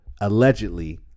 allegedly